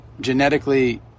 genetically